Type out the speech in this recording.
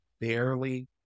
barely